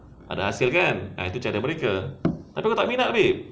ada hasil kan ah itu lah cara mereka tapi aku tak minat